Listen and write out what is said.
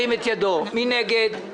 מי נגד?